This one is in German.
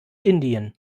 indien